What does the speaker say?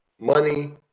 money